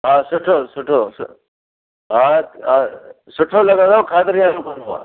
हा सुठो सुठो सु हा हा सुठो लॻंदव ख़ातिरी वारो माण्हू आहे